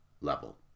level